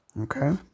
Okay